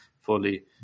fully